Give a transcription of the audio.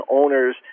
owners